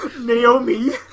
Naomi